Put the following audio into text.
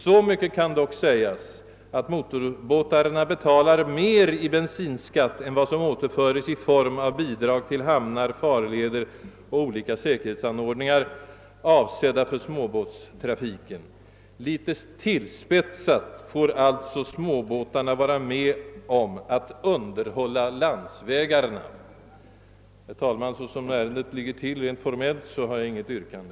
Så mycket kan dock sägas att motorbåtarna betalar mer i bensinskatt än vad som återföres i form av bidrag till hamnar, farleder och olika säkerhetsanordningar avsedda för småbåtstrafiken. Lite tillspetsat får alltså småbåtarna vara med att underhålla landsvägarna.» Herr talman! Som ärendet angående min motion ligger till rent formellt har jag intet yrkande.